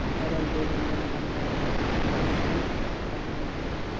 तरल जैव इंधन भंडार धरती पर सीमित मात्रा म छै